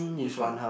which one